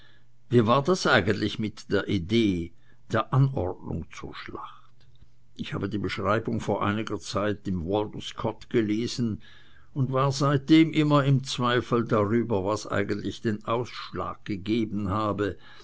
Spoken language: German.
wie war das eigentlich mit der idee der anordnung zur schlacht ich habe die beschreibung vor einiger zeit im walter scott gelesen und war seitdem immer im zweifel darüber was eigentlich den ausschlag gegeben habe